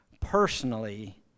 personally